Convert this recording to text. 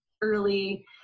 early